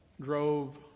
drove